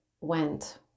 went